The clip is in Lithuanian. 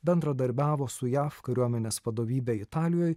bendradarbiavo su jav kariuomenės vadovybe italijoj